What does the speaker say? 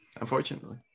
unfortunately